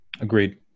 Agreed